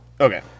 Okay